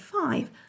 five